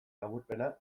laburpena